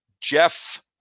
Jeff